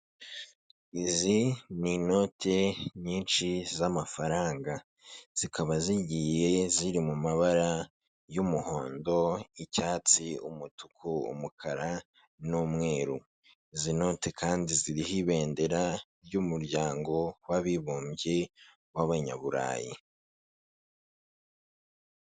Izi n'inoti nyinshi z'amafaranga, zikaba zigiye ziri mu mabara y'umuhondo, y'icyatsi, umutuku, umukara n'umweru izi noti kandi ziriho ibendera ry'umuryango w'abibumbye w'Abanyaburayi.